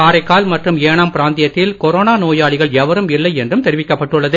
காரைக்கால் மற்றும் ஏனாம் பிராந்தியத்தில் கொரோனா நோயாளிகள் எவரும் இல்லை என்றும் தெரிவிக்கப்பட்டுள்ளது